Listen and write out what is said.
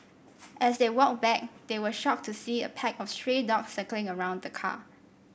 as they walked back they were shocked to see a pack of stray dogs circling around the car